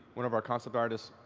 one of our concept artists,